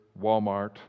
Walmart